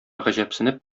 гаҗәпсенеп